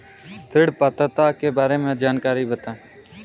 ऋण पात्रता के बारे में जानकारी बताएँ?